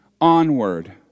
onward